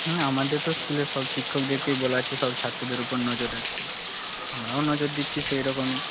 আমাদের তো স্কুলের সব শিক্ষকদেরকেই বলা আছে সব ছাত্রদের উপর নজর রাখতে আমরাও নজর দিচ্ছি সেই রকমই